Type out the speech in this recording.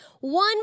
one